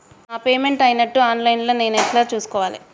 నా పేమెంట్ అయినట్టు online లా నేను ఎట్ల చూస్కోవాలే?